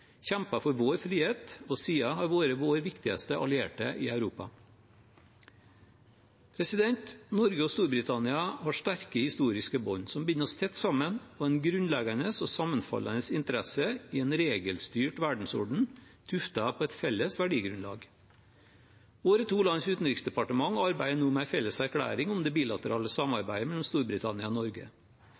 for vår frihet og siden har vært vår viktigste allierte i Europa. Norge og Storbritannia har sterke historiske bånd som binder oss tett sammen, og vi har en grunnleggende og sammenfallende interesse i en regelstyrt verdensorden tuftet på et felles verdigrunnlag. Våre to lands utenriksdepartementer arbeider nå med en felles erklæring om det bilaterale samarbeidet mellom Storbritannia og Norge.